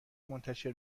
منتشر